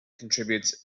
contributes